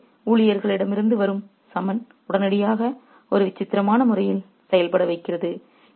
ஆகவே ஊழியரிடமிருந்து வரும் சம்மன் உடனடியாக ஒரு விசித்திரமான முறையில் செயல்பட வைக்கிறது